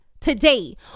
Today